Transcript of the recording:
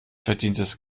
verdientes